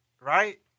right